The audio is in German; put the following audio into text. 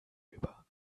über